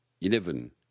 eleven